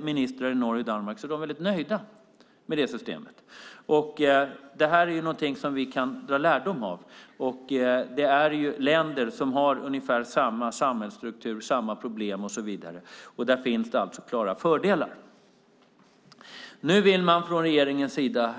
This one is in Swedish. Ministrar i Norge och Danmark är väldigt nöjda med det systemet. Det är någonting som vi kan dra lärdom av. Det är länder som har ungefär samma samhällsstruktur och samma problem som vi. Där finns det alltså klara fördelar. Nu vill man från regeringens sida